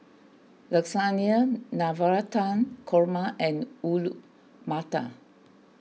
Lasagna Navratan Korma and Matar